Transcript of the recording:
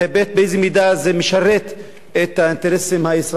באיזו מידה זה משרת את האינטרסים הישראליים,